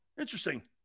Interesting